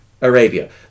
Arabia